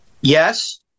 Yes